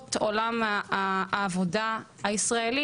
עוולות עולם העבודה הישראלי,